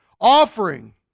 offering